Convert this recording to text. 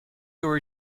your